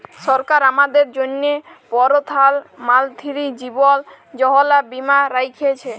সরকার আমাদের জ্যনহে পরধাল মলতিরি জীবল যোজলা বীমা রাখ্যেছে